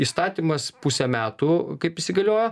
įstatymas pusę metų kaip įsigaliojo